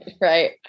Right